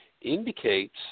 indicates